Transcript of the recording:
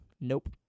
Nope